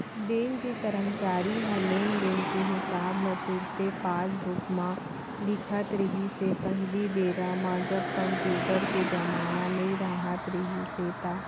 bank के करमचारी ह लेन देन के हिसाब ल तुरते पासबूक म लिखत रिहिस हे पहिली बेरा म जब कम्प्यूटर के जमाना नइ राहत रिहिस हे ता